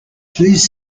please